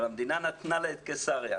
אבל המדינה נתנה את קיסריה